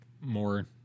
more